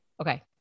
Okay